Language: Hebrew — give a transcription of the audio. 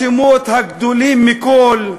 השמות הגדולים מכול: